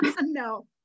no